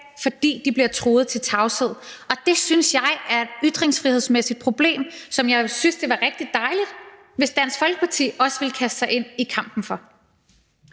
fordi de bliver truet til tavshed, og det synes jeg er et ytringsfrihedsmæssigt problem, som jeg synes det ville være rigtig dejligt hvis Dansk Folkeparti også ville kaste sig ind i kampen for.